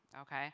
okay